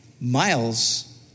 Miles